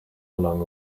along